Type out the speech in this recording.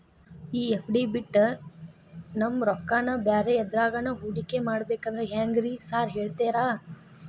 ಈ ಎಫ್.ಡಿ ಬಿಟ್ ನಮ್ ರೊಕ್ಕನಾ ಬ್ಯಾರೆ ಎದ್ರಾಗಾನ ಹೂಡಿಕೆ ಮಾಡಬೇಕಂದ್ರೆ ಹೆಂಗ್ರಿ ಸಾರ್ ಹೇಳ್ತೇರಾ?